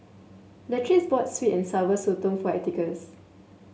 Latrice bought sweet and Sour Sotong for Atticus